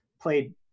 Played